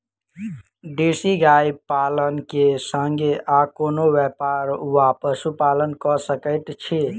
देसी गाय पालन केँ संगे आ कोनों व्यापार वा पशुपालन कऽ सकैत छी?